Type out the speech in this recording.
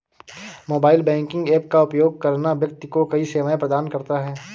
mobile banking app का उपयोग करना व्यक्ति को कई सेवाएं प्रदान करता है